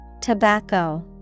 Tobacco